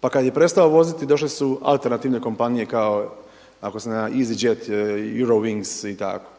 pa kada je prestao voziti došle su alternativne kompanije kao ako se ne varam EasyJet, Eurowings i tako.